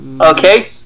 Okay